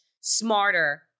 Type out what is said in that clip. smarter